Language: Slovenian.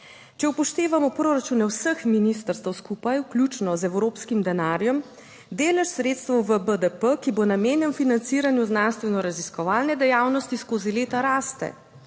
Če upoštevamo proračune vseh ministrstev skupaj, vključno z evropskim denarjem delež sredstev v BDP, ki bo namenjen financiranju znanstveno raziskovalne dejavnosti, skozi leta raste